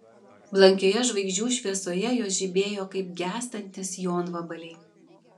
blankioje žvaigždžių šviesoje jos žibėjo kaip gęstantys jonvabaliai